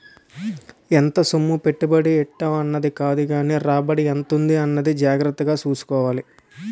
ఎంత సొమ్ము పెట్టుబడి ఎట్టేం అన్నది కాదుగానీ రాబడి ఎంతుంది అన్నది జాగ్రత్తగా సూసుకోవాలి